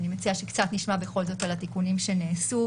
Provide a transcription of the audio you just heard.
אני מציעה שנשמע בכל זאת קצת על התיקונים שנעשו,